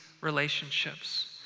relationships